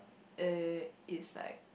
uh it's like